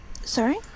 Sorry